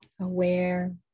aware